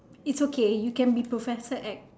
it's okay you can be professor X